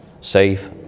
safe